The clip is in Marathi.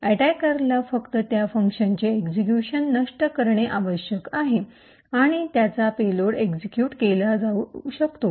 अटैकरला फक्त त्या फंक्शनचे एक्सिक्यूशन नष्ट करणे आवश्यक आहे आणि त्याचा पेलोड एक्सिक्यूट केला जाऊ शकतो